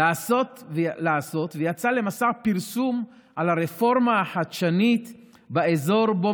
לעשות ויצא למסע פרסום על הרפורמה החדשנית באזור שבו